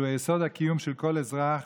שהוא יסוד הקיום של כל אזרח